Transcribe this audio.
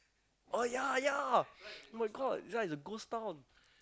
oh ya ya [oh]-my-god this one is a ghost town